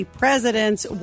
presidents